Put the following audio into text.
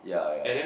yeah yeah